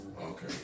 Okay